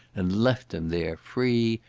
and left them there, free,